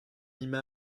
emañ